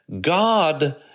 God